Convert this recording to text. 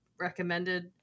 recommended